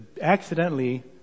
accidentally